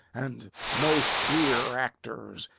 and, most dear actors,